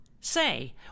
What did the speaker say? Say